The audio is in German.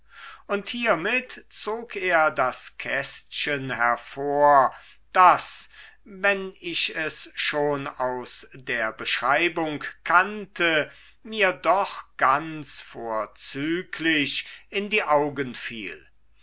und hiemit zog er das kästchen hervor das wenn ich es schon aus der beschreibung kannte mir doch ganz vorzüglich in die augen fiel